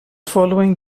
following